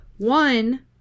One